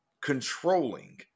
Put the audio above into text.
controlling